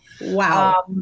Wow